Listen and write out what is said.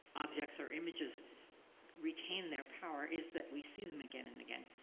objects or images retain their power is that we see them again and again,